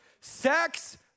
Sex